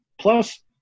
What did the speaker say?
Plus